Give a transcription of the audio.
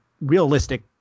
realistic